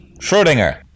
Schrodinger